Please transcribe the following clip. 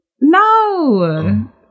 no